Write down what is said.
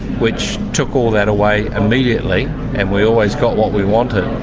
which took all that away immediately and we always got what we wanted,